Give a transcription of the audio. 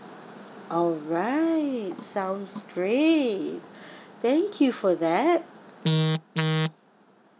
all right sounds great thank you for that